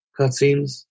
cutscenes